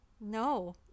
No